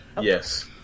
Yes